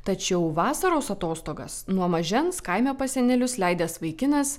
tačiau vasaros atostogas nuo mažens kaime pas senelius leidęs vaikinas